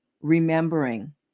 remembering